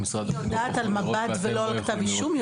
היא יודעת על מב"ד ולא על כתב אישום?